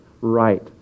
right